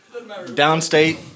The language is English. Downstate